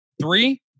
Three